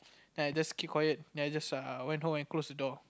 then I just keep quiet then I just uh went home and close the door